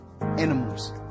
animals